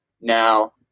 now